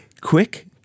quick